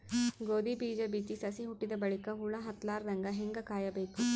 ಗೋಧಿ ಬೀಜ ಬಿತ್ತಿ ಸಸಿ ಹುಟ್ಟಿದ ಬಲಿಕ ಹುಳ ಹತ್ತಲಾರದಂಗ ಹೇಂಗ ಕಾಯಬೇಕು?